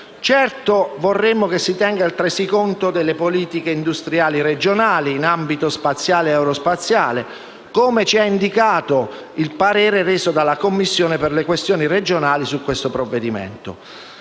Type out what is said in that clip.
Certo vorremmo che si tenga altresì conto delle politiche industriali regionali in ambito spaziale e aerospaziale, come ci ha indicato il parere reso dalla Commissione parlamentare per le questioni regionali sul provvedimento